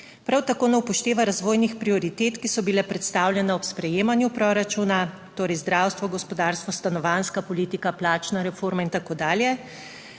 Prav tako ne upošteva razvojnih prioritet, ki so bile predstavljene ob sprejemanju proračuna, torej, zdravstvo, gospodarstvo, stanovanjska politika, plačna reforma in tako dalje.